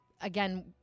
again